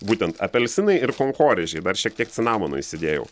būtent apelsinai ir konkorėžiai dar šiek tiek cinamono įsidėjau